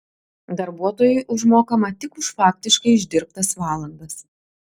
darbuotojui užmokama tik už faktiškai išdirbtas valandas